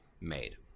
made